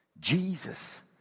Jesus